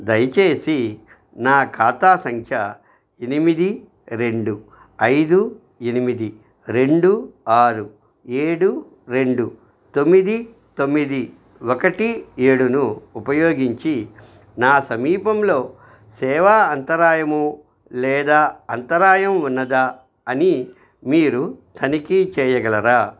దయచేసి నా ఖాతా సంఖ్య ఎనిమిది రెండు ఐదు ఎనిమిది రెండు ఆరు ఏడు రెండు తొమ్మిది తొమ్మిది ఒకటి ఏడును ఉపయోగించి నా సమీపంలో సేవ అంతరాయము లేదా అంతరాయం ఉన్నదా అని మీరు తనిఖీ చేయగలరా